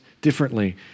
differently